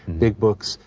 big books,